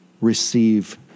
receive